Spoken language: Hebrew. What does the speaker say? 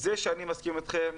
זה שאני מסכים איתכם,